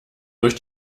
durch